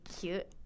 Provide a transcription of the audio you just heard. cute